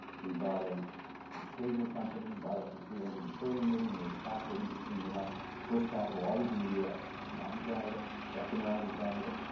we bought a ah cable company, bought it for three hundred and thirty million, raised capital interestingly enough, first capital, always in the u s, not in canada. second round in canada,